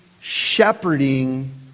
shepherding